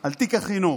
על תיק החינוך: